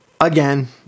again